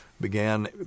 began